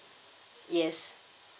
yes